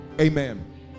amen